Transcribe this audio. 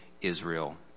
Israel